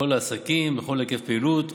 לכל העסקים, בכל היקף פעילות.